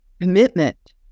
commitment